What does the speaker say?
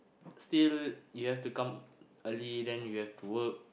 still you have to come early then you have to work